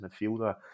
midfielder